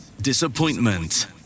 disappointment